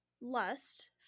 lust